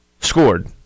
scored